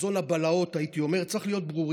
חזון הבלהות, הייתי אומר, צריך להיות ברורים,